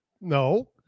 No